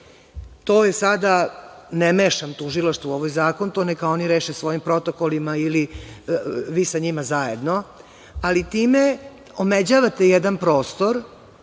to je sada, ne mešam tužilaštvo u ovaj zakon, to neka oni reše svojim protokolima ili vi sa njima zajedno, ali time omeđavate jedan prostor